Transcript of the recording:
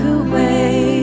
away